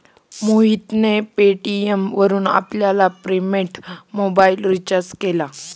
मोहितने पेटीएम वरून आपला प्रिपेड मोबाइल रिचार्ज केला